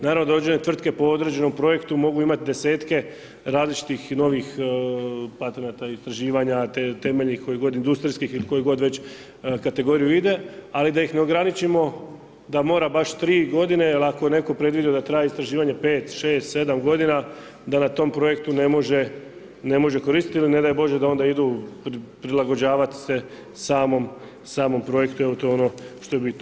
Naravno da određene tvrtke po određenom projektu mogu imati desetke različitih novih patenata istraživanja te temeljenih, kojih god, industrijskih, ili u koju god već kategoriju ide, ali da ih ne ograničimo da mora baš 3 godine jer ako netko predviđa da traje istraživanje 5, 6, 7 godina, da na tom projektu ne može koristiti ili ne daj bože da onda idu prilagođavat se samom projektu, evo to je ono što je bitno.